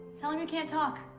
tell him you can't talk,